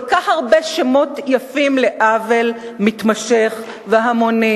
כל כך הרבה שמות יפים לעוול מתמשך והמוני